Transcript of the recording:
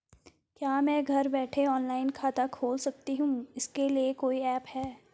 क्या मैं घर बैठे ऑनलाइन खाता खोल सकती हूँ इसके लिए कोई ऐप है?